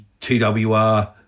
TWR